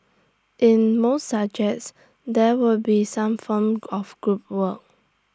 in most subjects there will be some form of group work